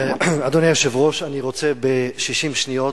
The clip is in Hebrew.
אדוני היושב-ראש, אני רוצה ב-60 שניות